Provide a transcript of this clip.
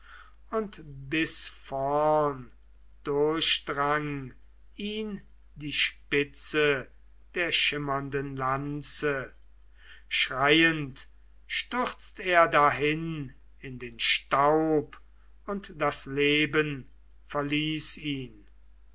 und bis vorn durchdrang ihn die spitze der schimmernden lanze schreiend stürzt er dahin in den staub und das leben verließ ihn